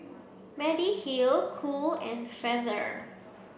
Mediheal Cool and Feather